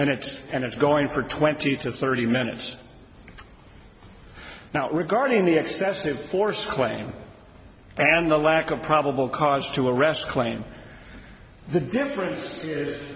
and it's and it's going for twenty to thirty minutes now regarding the excessive force claim and the lack of probable cause to arrest claim the difference is